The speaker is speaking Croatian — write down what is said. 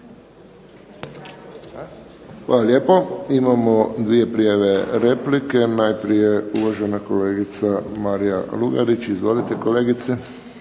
Hvala lijepo. Imamo 2 prijave replike. Najprije uvažena kolegica Marija Lugarić. Izvolite kolegice.